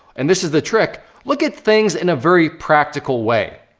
and this is the trick look at things in a very practical way.